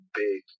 big